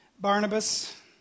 Barnabas